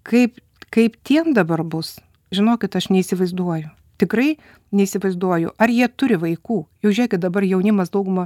kaip kaip tiem dabar bus žinokit aš neįsivaizduoju tikrai neįsivaizduoju ar jie turi vaikų jau žiūrėkit dabar jaunimas dauguma